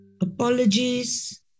Apologies